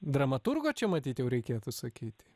dramaturgo čia matyt jau reikėtų sakyti